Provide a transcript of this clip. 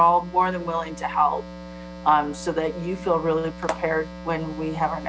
all more than willing to help so that you feel really prepared when we have our